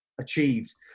achieved